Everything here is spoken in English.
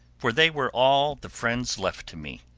for they were all the friends left to me.